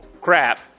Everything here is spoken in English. crap